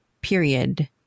period